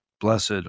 Blessed